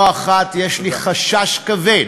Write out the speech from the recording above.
לא אחת יש לי חשש כבד